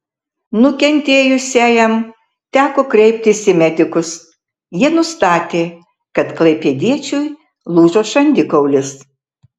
nukentėjusiajam teko kreiptis į medikus jie nustatė kad klaipėdiečiui lūžo žandikaulis